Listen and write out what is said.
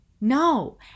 No